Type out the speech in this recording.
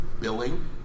billing